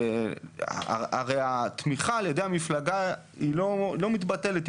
הרי התמיכה ע"י ידי המפלגה היא לא מתבטלת,